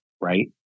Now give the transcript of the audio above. right